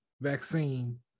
vaccine